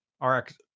RX